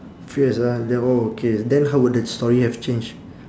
fierce ah then okay then how would the story have change